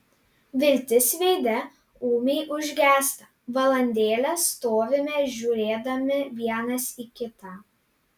viltis veide ūmiai užgęsta valandėlę stovime žiūrėdami vienas į kitą